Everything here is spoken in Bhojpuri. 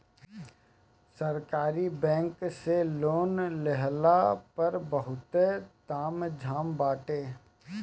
सरकारी बैंक से लोन लेहला पअ बहुते ताम झाम बाटे